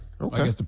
Okay